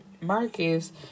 marcus